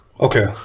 Okay